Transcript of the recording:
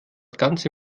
ganze